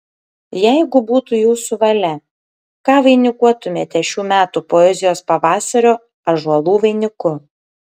jeigu būtų jūsų valia ką vainikuotumėte šių metų poezijos pavasario ąžuolų vainiku